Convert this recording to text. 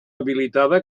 habilitada